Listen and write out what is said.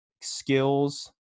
skills